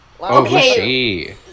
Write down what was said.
Okay